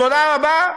תודה רבה,